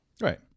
Right